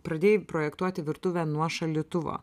pradėjai projektuoti virtuvę nuo šaldytuvo